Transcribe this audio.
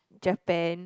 Japan